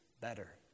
better